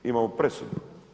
Imamo presudu.